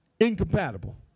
Incompatible